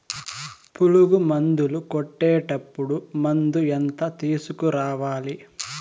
పులుగు మందులు కొట్టేటప్పుడు మందు ఎంత తీసుకురావాలి?